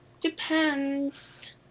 depends